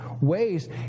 ways